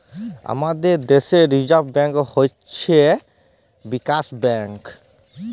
আমাদের দ্যাশে reserve bank হছে ব্যাংকার্স ব্যাংক